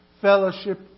fellowship